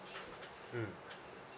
mm